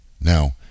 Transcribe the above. Now